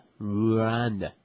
Rwanda